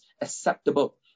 acceptable